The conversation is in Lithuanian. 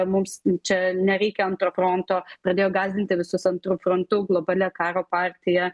mums čia nereikia antro fronto pradėjo gąsdinti visus antru frontu globalia karo partija